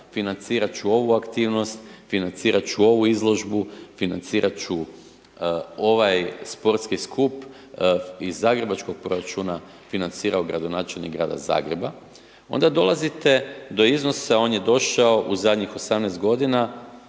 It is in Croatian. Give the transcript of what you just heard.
financirat ću ovu aktivnost, financirat ću ovu izložbu, financirat ću ovaj sportski skup, iz zagrebačkog proračuna, financirao gradonačelnik Grada Zagreba, onda dolazite do iznosa, on je došao u zadnjih 18 godina,